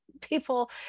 people